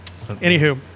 Anywho